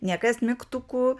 niekas mygtukų